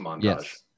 Yes